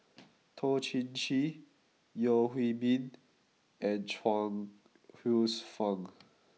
Toh Chin Chye Yeo Hwee Bin and Chuang Hsueh Fang